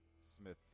Smith